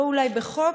אולי לא בחוק,